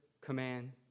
command